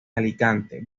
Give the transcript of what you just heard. alicante